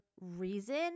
reason